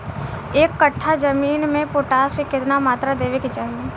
एक कट्ठा जमीन में पोटास के केतना मात्रा देवे के चाही?